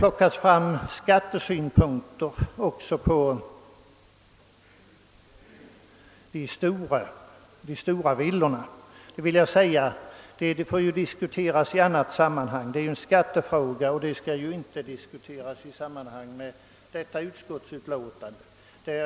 Frågan om beskattningen av de stora villorna får ju diskuteras i annat sammanhang; det är en skattefråga som inte hör till detta utskottsutlåtande.